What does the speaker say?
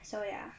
so ya